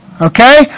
Okay